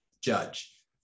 judge